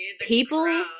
People